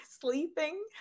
Sleeping